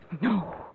No